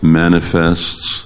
manifests